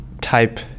type